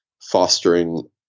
fostering